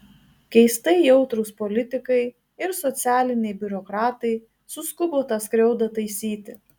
keistai jautrūs politikai ir socialiniai biurokratai suskubo tą skriaudą taisyti